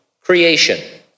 creation